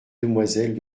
demoiselles